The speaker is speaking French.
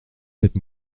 cette